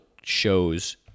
shows